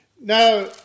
Now